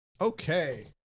Okay